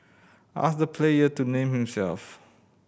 ask the player to name himself